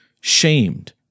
shamed